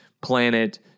planet